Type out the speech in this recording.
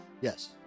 Yes